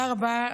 תודה רבה.